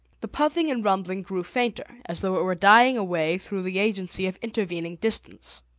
the puffing and rumbling grew fainter, as though it were dying away through the agency of intervening distance.